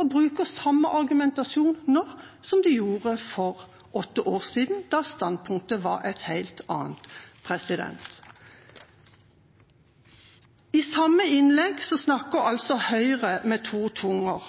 og bruker samme argumentasjon nå som de gjorde for åtte år siden, da standpunktet var et helt annet. I samme innlegg snakker Høyre med to tunger.